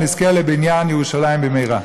ונזכה לבניית ירושלים במהרה.